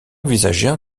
envisageait